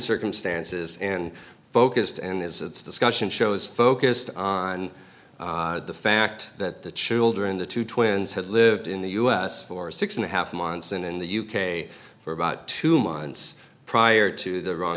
circumstances and focused and its discussion shows focused on the fact that the children the two twins had lived in the u s for six and a half months and in the u k for about two months prior to the wrong